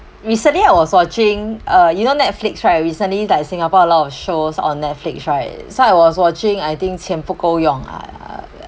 recently I was watching uh you know Netflix right recently like singapore a lot of shows on Netflix right so I was watching I think 钱不够用 ah